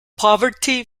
poverty